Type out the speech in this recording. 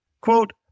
Quote